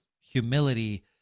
humility